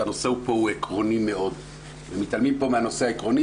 הנושא פה הוא עקרוני מאוד ומתעלמים מהנושא העקרוני